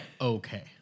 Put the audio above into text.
okay